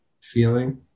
feeling